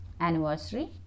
anniversary